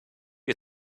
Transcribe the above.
you